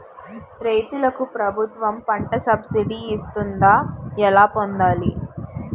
రైతులకు ప్రభుత్వం పంట సబ్సిడీ ఇస్తుందా? ఎలా పొందాలి?